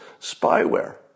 spyware